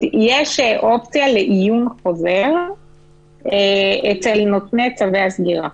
יש אופציה לעיון חוזר אצל נותני צווי הסגירה.